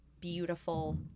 beautiful